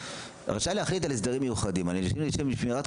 'רשאי להחליט על הסדרים מיוחדים הנדרשים לשם שמירת